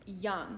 young